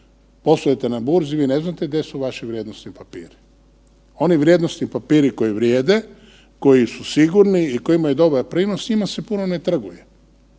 poslujete na burzi vi ne znate gdje su vaši vrijednosni papiri. Oni vrijednosni papiri koji vrijede, koji su sigurni i koji imaju dobar prinos njima se puno ne trguje.